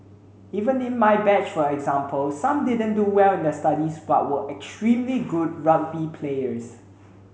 even in my batch for example some didn't do well in their studies but were extremely good rugby players